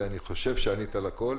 ואני חושב שענית על הכול.